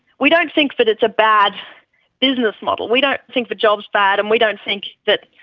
we don't think that it's a bad business model, we don't think the job is bad and we don't think that,